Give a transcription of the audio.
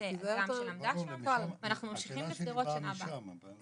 אגם ז"ל שלמדה שם ואנחנו ממשיכים בשדרות בשנה הבאה.